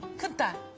could but